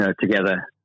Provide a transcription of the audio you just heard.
together